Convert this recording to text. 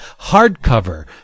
Hardcover